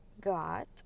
got